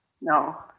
No